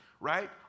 right